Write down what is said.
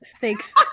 thanks